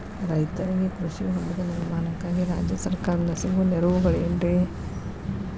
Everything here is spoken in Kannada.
ರೈತರಿಗೆ ಕೃಷಿ ಹೊಂಡದ ನಿರ್ಮಾಣಕ್ಕಾಗಿ ರಾಜ್ಯ ಸರ್ಕಾರದಿಂದ ಸಿಗುವ ನೆರವುಗಳೇನ್ರಿ?